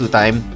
time